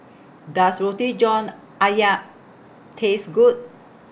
Does Roti John Ayam Taste Good